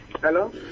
Hello